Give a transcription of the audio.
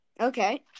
Okay